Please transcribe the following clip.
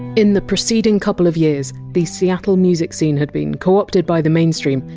in the preceding couple of years, the seattle music scene had been co-opted by the mainstream,